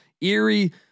eerie